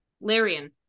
Larian